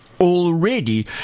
already